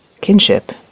Kinship